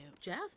Jeff